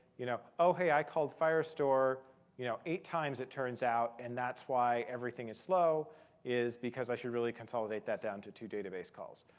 you know oh, hey, i called firestore you know eight times it turns out. and that's why everything is slow is because i should really consolidate that down to two database calls.